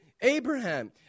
Abraham